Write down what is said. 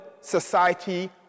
society